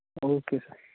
okay sir